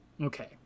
okay